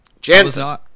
Jansen